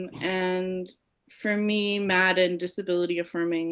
and and for me, mad and disability-affirming